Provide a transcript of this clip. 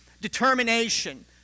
determination